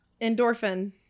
endorphin